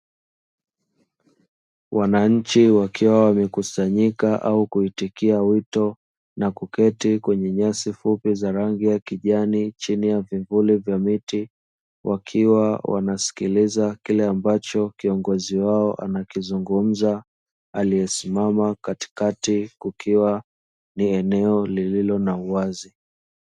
Wananchi wakiwa wamekusanyika au kuitikia wito na kuketi kwenye nyasi fupi za rangi ya kijani chini ya vivuli vya miti, wakiwa wanasikiliza kile ambacho kiongozi wao anakizungumza, aliyesimama katikati kukiwa ni eneo lililo na uwazi.